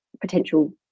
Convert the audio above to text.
potential